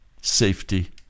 safety